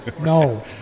no